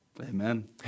Amen